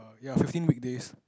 ya fifteen weekdays